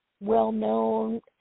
well-known